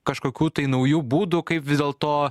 kažkokių tai naujų būdų kaip vis dėlto